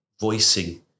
voicing